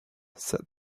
said